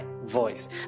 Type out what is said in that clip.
voice